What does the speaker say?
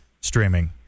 streaming